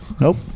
Nope